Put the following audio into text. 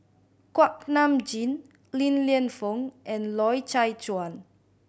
Kuak Nam Jin Li Lienfung and Loy Chye Chuan